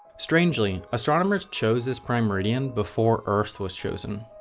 strangely, astronomers chose this prime meridian before earth's was chosen.